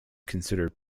considered